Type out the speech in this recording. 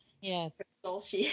Yes